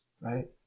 right